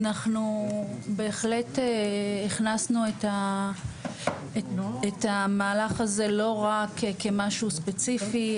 אנחנו בהחלט הכנסנו את המהלך הזה לא רק כמשהו ספציפי,